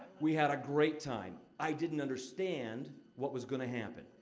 we had a great time. i didn't understand what was gonna happen,